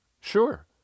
Sure